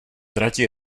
tratě